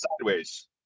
sideways